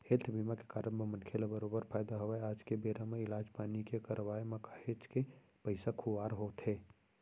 health बीमा के कारब म मनखे ल बरोबर फायदा हवय आज के बेरा म इलाज पानी के करवाय म काहेच के पइसा खुवार होथे